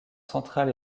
central